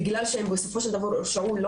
בגלל שהם בסופו של דבר הורשעו לא